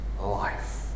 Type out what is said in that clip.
life